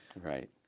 Right